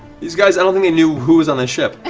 these guys, i don't think they knew who was on that ship.